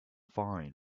faring